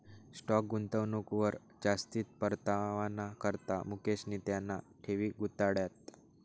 stock गुंतवणूकवर जास्ती परतावाना करता मुकेशनी त्याना ठेवी गुताड्यात